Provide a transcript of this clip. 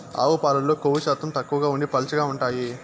ఆవు పాలల్లో కొవ్వు శాతం తక్కువగా ఉండి పలుచగా ఉంటాయి